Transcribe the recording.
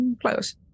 Close